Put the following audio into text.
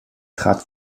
trat